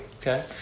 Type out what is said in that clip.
Okay